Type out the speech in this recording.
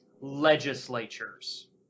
legislatures